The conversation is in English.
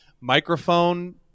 microphone